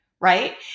right